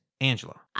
Angela